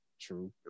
True